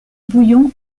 bouillon